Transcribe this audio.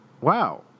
Wow